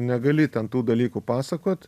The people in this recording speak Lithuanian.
negali ten tų dalykų pasakot